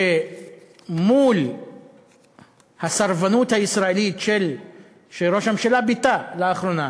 שמול הסרבנות הישראלית שראש הממשלה ביטא לאחרונה,